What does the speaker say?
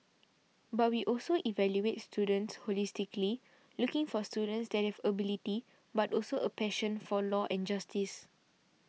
but we also evaluate students holistically looking for students that have ability but also a passion for law and justice